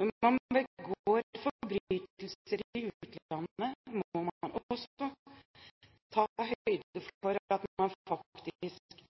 Når man begår forbrytelser i utlandet, må man også ta høyde for at man faktisk